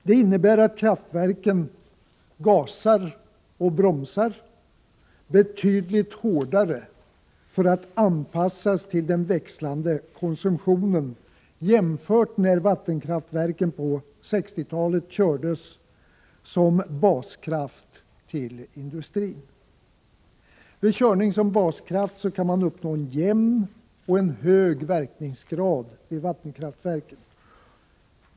Det innebär att kraftverken ”gasar och bromsar” betydligt hårdare för att anpassas till den växlande konsumtionen, jämfört med när vattenkraftverken på 1960-talet kördes som baskraft till industrin. Vid körning som baskraft kan man uppnå en jämn och hög verkningsgrad i vattenkraftverken.